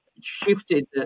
shifted